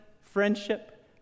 friendship